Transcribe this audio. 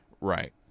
Right